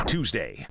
Tuesday